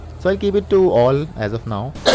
so i'll keep it to all as of now.